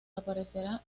aparecerá